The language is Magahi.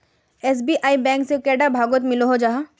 एस.बी.आई बैंक से कैडा भागोत मिलोहो जाहा?